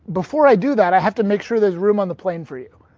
before i do that i have to make sure there's room on the plane for you.